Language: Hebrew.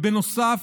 בנוסף,